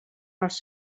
als